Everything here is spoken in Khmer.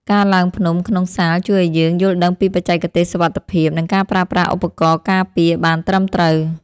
ការឡើងភ្នំក្នុងសាលជួយឱ្យយើងយល់ដឹងពីបច្ចេកទេសសុវត្ថិភាព និងការប្រើប្រាស់ឧបករណ៍ការពារបានត្រឹមត្រូវ។